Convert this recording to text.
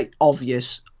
obvious